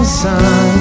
sun